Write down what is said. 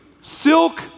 silk